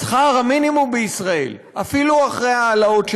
שכר המינימום בישראל, אפילו אחרי ההעלאות שנעשו,